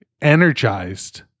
energized